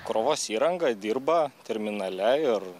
krovos įranga dirba terminale ir